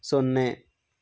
ಸೊನ್ನೆ